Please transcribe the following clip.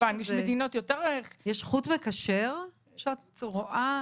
יש חוט מקשר שאת רואה